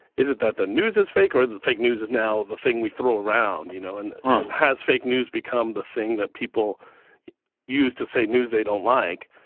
is it that the news is fake or that fake news is now the thing we throw around, you know? and um has fake news become the thing that people use to say news they don't like?